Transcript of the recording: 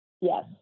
yes